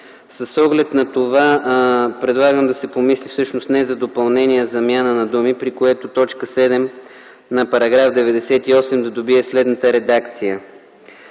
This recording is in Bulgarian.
С оглед на това предлагам да се помисли не за допълнение, а за замяна на думи, при което т. 7 на § 98 да добие следната редакция: